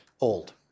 old